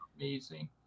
amazing